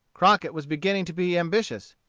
crockett was beginning to be ambitious.